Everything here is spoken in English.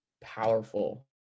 powerful